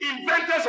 inventors